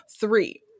Three